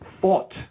fought